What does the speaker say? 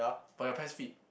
but you're Pes fit